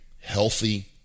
healthy